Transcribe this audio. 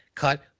Cut